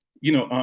you know,